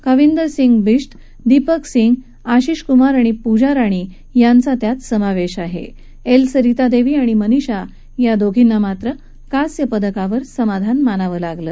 कविंदर सिंग बिश्त दीपक सिंग आशिश कुमार आणि पूजा राणी यांचा त्यात समावधी आह्येल सरितादक्ती आणि मनिषा या दोघींना मात्र कांस्य पदकावर समाधान मानावं लागलं